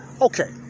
Okay